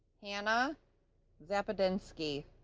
hanna zapadinsky